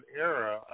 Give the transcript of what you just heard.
era